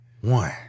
One